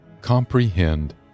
comprehend